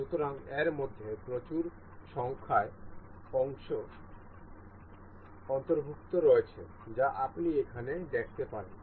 সুতরাং এর মধ্যে প্রচুর সংখ্যক অংশ অন্তর্ভুক্ত রয়েছে যা আপনি এখানে দেখতে পারেন